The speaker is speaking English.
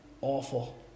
awful